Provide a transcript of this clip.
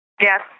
Yes